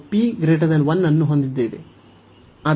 ಮತ್ತು ಇಲ್ಲಿ ನಾವು p 1 ಅನ್ನು ಹೊಂದಿದ್ದೇವೆ